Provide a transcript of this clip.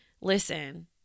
listen